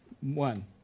One